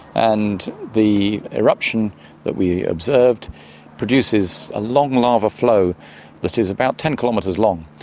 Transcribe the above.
and the eruption that we observed produces a long lava flow that is about ten kilometres long,